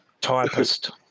Typist